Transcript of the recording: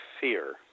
fear